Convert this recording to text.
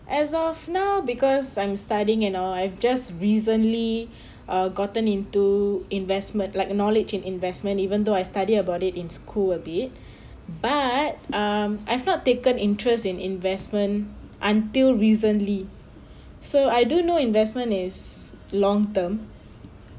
as of now because I'm studying you know I've just recently uh gotten into investment like knowledge in investment even though I study about it in school a bit but um I've not taken interest in investment until recently so I do know investment is long term